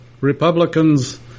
Republicans—